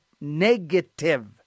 negative